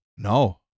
No